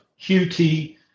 qt